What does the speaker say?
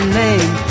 name